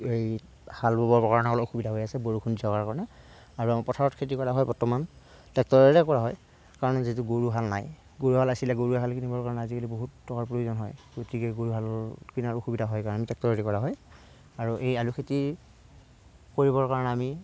এই হাল ববৰ কাৰণে অলপ অসুবিধা হৈ আছে বৰষুণ দি থকাৰ কাৰণে আৰু আমাৰ পথাৰত খেতি কৰা হয় বৰ্তমান ট্ৰেক্টৰৰে কৰা হয় কাৰণ যিহেতু গৰু হাল নাই গৰু হাল আছিলে গৰু হাল কিনিবৰ কাৰণে আজিকালি বহুত টকাৰ প্ৰয়োজন হয় গতিকে গৰু হাল কিনাত অসুবিধা হয় কাৰণে ট্ৰেক্টৰৰে দি কৰা হয় আৰু এই আলু খেতি কৰিবৰ কাৰণে আমি